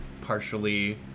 partially